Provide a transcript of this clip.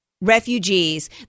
refugees